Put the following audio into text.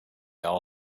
all